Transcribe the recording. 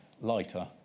lighter